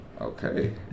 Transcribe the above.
Okay